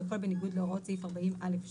הכול בניגוד להוראות סעיף 40(א)(2)